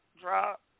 drop